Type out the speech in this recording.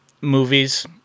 movies